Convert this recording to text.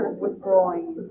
withdrawing